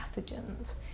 pathogens